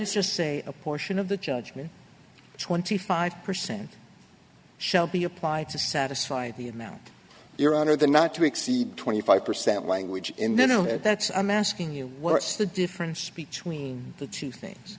we just say a portion of the judgment twenty five percent shall be applied to satisfy the amount your honor the not to exceed twenty five percent language in there no that's i'm asking you what's the difference between the two things